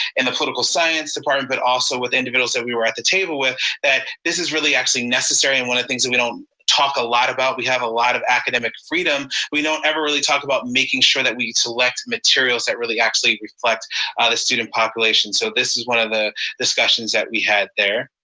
and the political science department, but also with individuals that we were at the table with that this is really actually necessary. and one of the things that and we don't talk a lot about, we have a lot of academic freedom, we don't ever really talk about making sure that we select materials that really actually reflect ah the student population, so this is one of the discussions that we had there.